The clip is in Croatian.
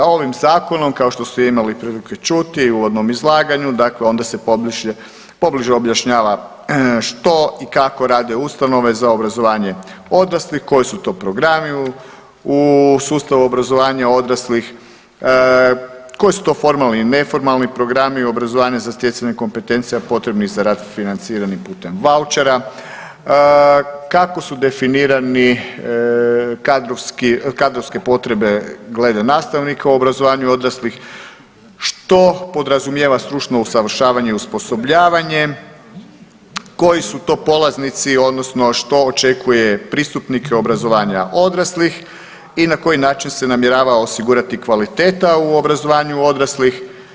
Ovim zakonom kao što ste imali prilike čuti u uvodnom izlaganju, dakle onda se pobliže objašnjava što i kako rade ustanove za obrazovanje odraslih, koji su to programi u sustavu obrazovanja odraslih, koji su to formalni i neformalni programi i obrazovanje za stjecanje kompetencija potrebnih za rad financirani putem vouchera, kako su definirane kadrovske potrebe glede nastavnika u obrazovanju odraslih, što podrazumijeva stručno usavršavanje i osposobljavanje, koji su to polaznici odnosno što očekuje pristupnike obrazovanja odraslih i na koji način se namjerava osigurati kvaliteta u obrazovanju odraslih.